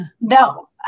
No